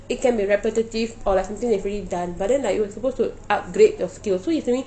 it can be repetitive or like something that you have already done but then like you are supposed to upgrade your skills so he tell me